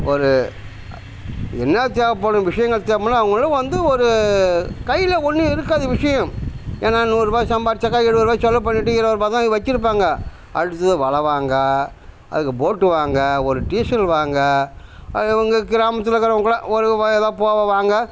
ஒரு என்ன தேவைப்படும் விஷயங்கள் தேவைப்பட்னா அவங்களும் வந்து ஒரு கையில் ஒன்றும் இருக்காது விஷியம் ஏன்னா நூறுபா சம்பாதிச்சாக்கா எழுபதுரூவா செலவு பண்ணிட்டு இருபதுரூபா தான் வச்சிருப்பாங்க அடுத்து வலை வாங்க அதுக்கு போட்டு வாங்க ஒரு டீசல் வாங்க இவங்க கிராமத்தில் இருக்கிறவங்கள ஒரு வயல்ல போக வாங்க